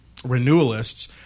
renewalists